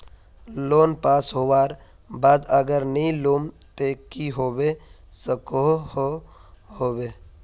Loan pass होबार बाद अगर नी लुम ते की होबे सकोहो होबे?